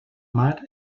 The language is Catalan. mar